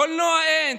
קולנוע אין,